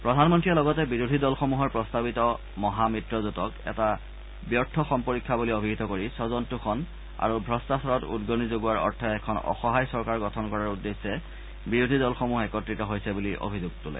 প্ৰধানমন্ত্ৰীয়ে লগতে বিৰোধী দলসমূহৰ প্ৰস্তাৱিত মহা মিত্ৰজোটক এটা ব্যৰ্থ সম্পৰীক্ষা বুলি অভিহিত কৰি স্বজনতোষণ আৰু ভ্ৰ্টাচাৰত উদগণি যোগোৱাৰ অৰ্থে এখন অসহায় চৰকাৰ গঠন কৰাৰ উদ্দেশ্যে বিৰোধী দলসমূহ একত্ৰিত হৈছে বুলি অভিযোগ তোলে